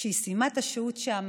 וכשהיא סיימה את השהות שם